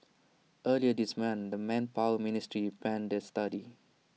earlier this month the manpower ministry panned the study